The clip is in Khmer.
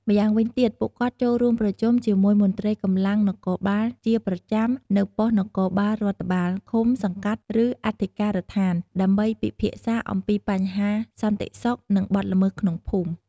ម្យ៉ាងវិញទៀត ពួកគាត់ចូលរួមប្រជុំជាមួយមន្ត្រីកម្លាំងនគរបាលជាប្រចាំនៅប៉ុស្តិ៍នគរបាលរដ្ឋបាលឃុំ-សង្កាត់ ឬអធិការដ្ឋាន ដើម្បីពិភាក្សាអំពីបញ្ហាសន្តិសុខ និងបទល្មើសក្នុងភូមិ។